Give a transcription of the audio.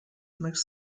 most